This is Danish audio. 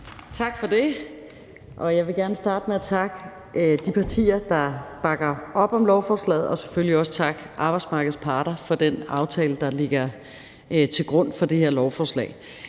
Tak for det. Jeg vil gerne starte med at takke de partier, der bakker op om lovforslaget, og selvfølgelig også takke arbejdsmarkedets parter for den aftale, der ligger til grund for det her lovforslag.